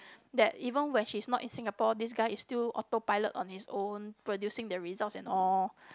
that even when she's not in Singapore this guy is still autopilot on his own producing the results and all